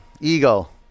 eagle